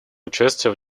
участия